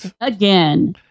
Again